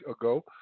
ago